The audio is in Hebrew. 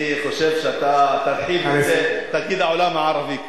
אני חושב שאתה תרחיב את זה, את העולם הערבי כולו.